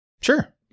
Sure